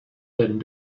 werden